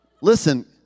Listen